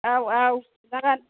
औ औ खिन्थागोन